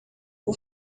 por